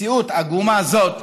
מציאות עגומה זאת,